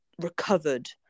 recovered